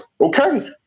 okay